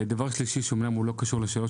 דבר שלישי שאומנם הוא לא קשור לשאלות